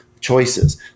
choices